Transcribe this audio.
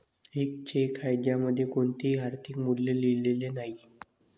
एक चेक आहे ज्यामध्ये कोणतेही आर्थिक मूल्य लिहिलेले नाही